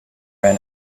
ran